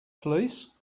police